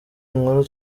inkuru